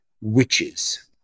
witches